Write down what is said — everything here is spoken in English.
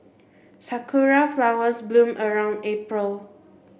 sakura flowers bloom around April